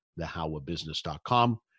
thehowabusiness.com